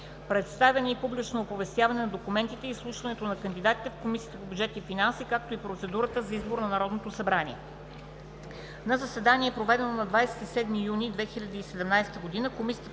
представяне и публично оповестяване на документите и изслушването на кандидатите в Комисията по бюджет и финанси, както и процедурата за избор от Народното събрание На заседание, проведено на 27 юни 2017 г.,